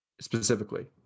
specifically